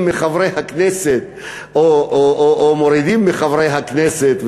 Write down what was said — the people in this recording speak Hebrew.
מחברי הכנסת או מורידים מחברי הכנסת,